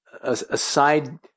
aside